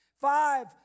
Five